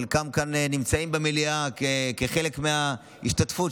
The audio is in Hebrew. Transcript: חלקם נמצאים כאן במליאה כחלק מההשתתפות,